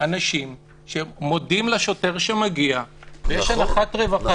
אנשים שמודים לשוטר שמגיע ויש אנחת רווחה